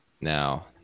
now